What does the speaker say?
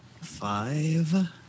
five